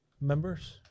members